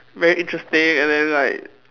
very interesting and then like